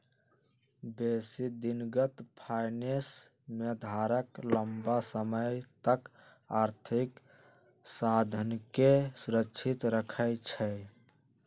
बेशी दिनगत फाइनेंस में धारक लम्मा समय तक आर्थिक साधनके सुरक्षित रखइ छइ